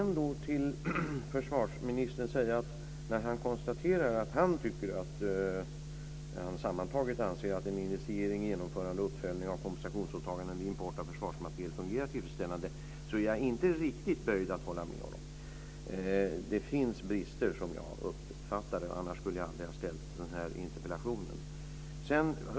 När försvarsministern i sitt svar säger att han sammantaget anser att initiering, genomförande och uppföljning av kompensationsåtaganden vid import av försvarsmateriel fungerar tillfredsställande är jag inte riktigt böjd att hålla med honom. Det finns brister, som jag uppfattar det, annars skulle jag aldrig ha ställt den här interpellationen.